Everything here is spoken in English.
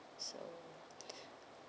so